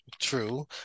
true